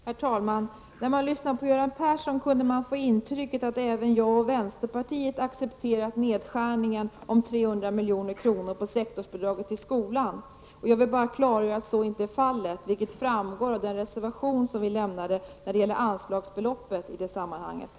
Herr talman! När man lyssnade på Göran Persson kunde man få intrycket att även jag och vänsterpartiet accepterat nedskärningen om 300 milj.kr. på sektorsbidraget till skolan. Jag vill bara klargöra att så inte är fallet. Det framgår av den reservation som vi lämnade i det sammanhanget när det gäller anslagsbeloppet.